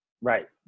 Right